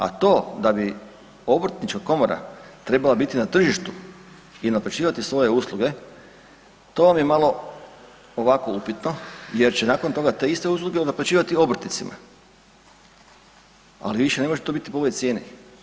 A to da bi obrtnička komora trebala biti na tržištu i naplaćivati svoje usluge, to vam je malo ovako upitno jer će nakon toga te iste usluge naplaćivati obrtnicima, ali više ne može to biti po ovoj cijeni.